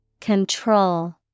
Control